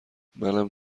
منم